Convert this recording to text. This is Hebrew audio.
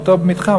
באותו מתחם,